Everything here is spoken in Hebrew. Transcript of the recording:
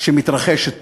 שמתרחשת פה,